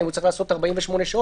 האם הוא צריך לעשות 48 שעות?